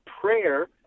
prayer